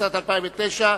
התשס"ט 2009,